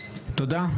תודה.